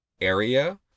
area